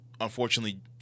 unfortunately